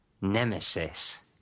Nemesis